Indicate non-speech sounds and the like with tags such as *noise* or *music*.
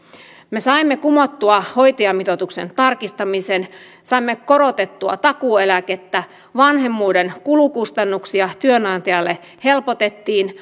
me saimme kumottua hoitajamitoituksen tarkistamisen saimme korotettua takuueläkettä vanhemmuuden kulukustannuksia työnantajalle helpotettiin *unintelligible*